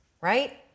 right